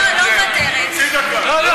לא מוותרת.